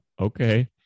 Okay